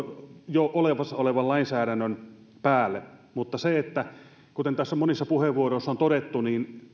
jo olemassa olevan lainsäädännön päälle kuten tässä on monissa puheenvuoroissa todettu